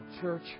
church